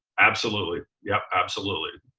absolutely, yeah absolutely.